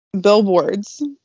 billboards